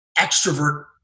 extrovert